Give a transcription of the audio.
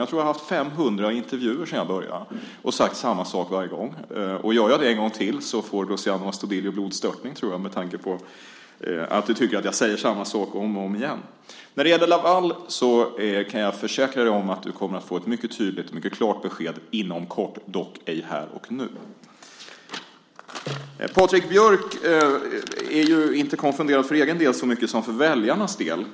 Jag tror att jag har gjort 500 intervjuer sedan jag började, och jag har sagt samma sak varje gång. Gör jag det en gång till får Luciano Astudillo blodstörtning, tror jag, med tanke på att du tycker att jag säger samma sak om och om igen. När det gäller Laval kan jag försäkra dig om att du kommer att få ett mycket klart och tydlig besked inom kort, dock ej här och nu. Patrik Björck är inte konfunderad för egen del så mycket som för väljarnas del.